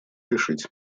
решить